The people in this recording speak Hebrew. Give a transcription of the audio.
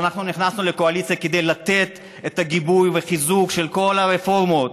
אנחנו נכנסו לקואליציה כדי לתת את הגיבוי והחיזוק לכל הרפורמות